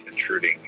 intruding